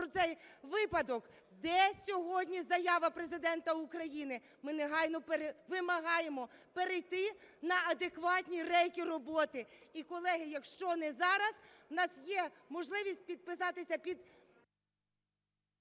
про цей випадок. Де сьогодні заява Президента України? Ми негайно вимагаємо перейти на адекватні рейки роботи. І, колеги, якщо не зараз, у нас є можливість підписатися під…